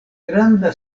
granda